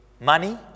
money